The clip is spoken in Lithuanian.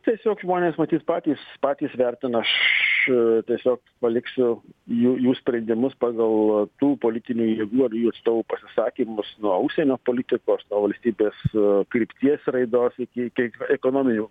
tiesiog žmonės matyt patys patys vertina aš tiesiog paliksiu jų sprendimus pagal tų politinių jėgų abiejų atstovų pasisakymus nuo užsienio politikos nuo valstybės krypties raidos iki ekonominių